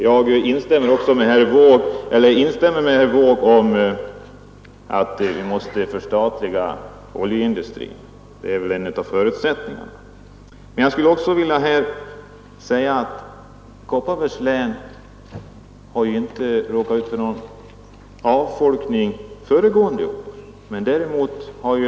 Jag instämmer med herr Wååg i att vi måste förstatliga oljeindustrin. Det är en av förutsättningarna. Men jag skulle här också vilja säga att Kopparbergs län inte råkat ut för någon avfolkning under föregående år.